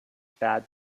bad